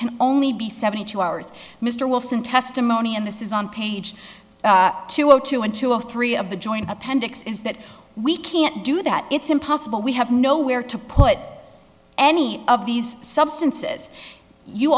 can only be seventy two hours mr wolfson testimony and this is on page two and two or three of the joint appendix is that we can do that it's impossible we have nowhere to put any of these substances you